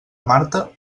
marta